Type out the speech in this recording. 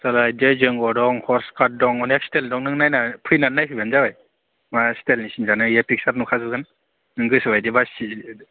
straight ओइबो दं फक्स काट दं अनेक स्टाइल दं नों नायनानै फैनानै नायफैबानो जाबाय मा स्टाइलनि सिनजानो पिक्सार नुखाजोबगोन नों गोसो बायदि बासि